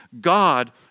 God